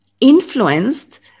influenced